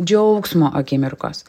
džiaugsmo akimirkos